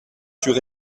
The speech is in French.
sur